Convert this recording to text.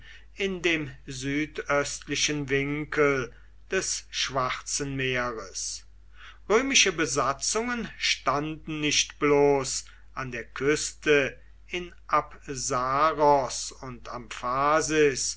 in dem südöstlichen winkel des schwarzen meeres römische besatzungen standen nicht bloß an der küste in apsos und am phasis